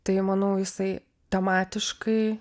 tai manau jisai tematiškai